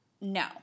no